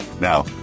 Now